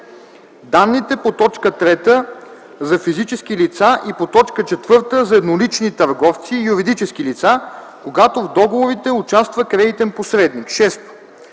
данните по т. 3 за физически лица и по т. 4 за еднолични търговци и юридически лица - когато в договорите участва кредитен посредник;